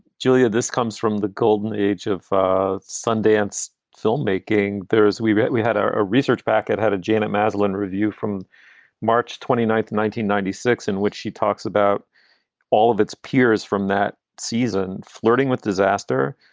julia this comes from the golden age of ah sundance filmmaking. there as we read, we had ah a research back that had a janet maslin review from march twenty ninth nineteen ninety six, in which she talks about all of its peers from that season flirting with disaster.